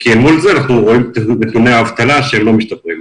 כי אל מול זה אנחנו רואים את נתוני האבטלה שלא משתפרים.